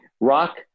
rock